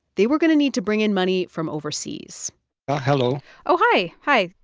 they were going to need to bring in money from overseas ah hello oh, hi. hi.